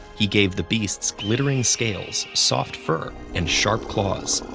he gave the beasts glittering scales, soft fur, and sharp claws.